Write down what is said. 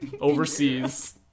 overseas